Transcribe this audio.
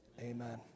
Amen